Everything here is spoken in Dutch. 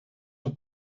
een